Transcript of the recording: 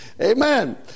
Amen